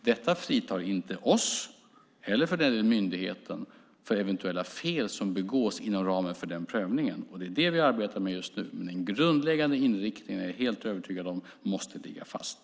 Detta fritar inte oss, och inte heller för den delen myndigheten, från eventuella fel som begås inom ramen för den prövningen. Det är det vi arbetar med just nu, men jag är helt övertygad om att den grundläggande inriktningen måste ligga fast.